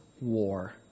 war